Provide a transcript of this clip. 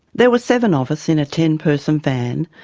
there were seven of us in a ten person van,